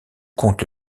compte